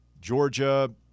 Georgia